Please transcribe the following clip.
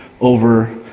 over